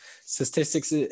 statistics